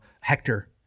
Hector